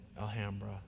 Alhambra